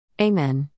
Amen